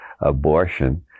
abortion